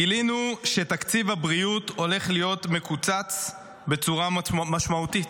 גילינו שתקציב הבריאות הולך להיות מקוצץ בצורה משמעותית,